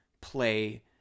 play